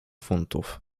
funtów